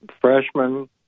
freshman